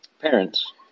Parents